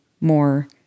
more